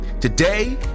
Today